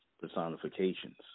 personifications